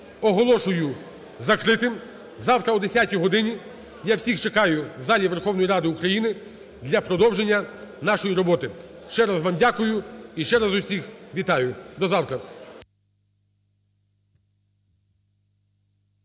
оголошую закритим. Завтра о 10 годині я всіх чекаю в залі Верховної Ради України для продовження нашої роботи. Ще раз вам дякую і ще раз усіх вітаю. До завтра.